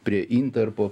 prie intarpo